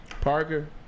Parker